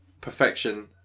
Perfection